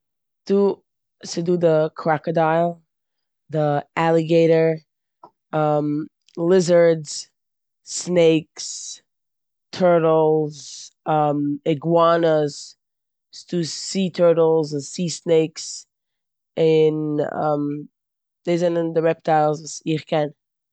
ס'דא די קראקאדייל, די עליגעיטער, ליזארדס, סנעיקס, טורטלס, איגוואנעס, ס'דא סי טורטלס און סי סנעיקס און דאס זענען די רעפטיילס וואס איך קען.